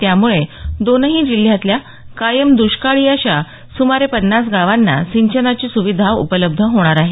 त्यामुळे दोन्ही जिल्ह्यातल्या कायम द्रष्काळी अशा सुमारे पन्नास गावांना सिंचनाची सुविधा उपलब्ध होणार आहे